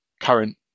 current